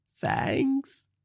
thanks